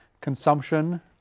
consumption